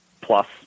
plus